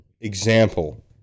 example